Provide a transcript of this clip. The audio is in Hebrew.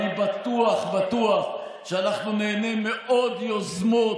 אני בטוח בטוח שאנחנו ניהנה מעוד יוזמות